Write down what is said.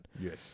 Yes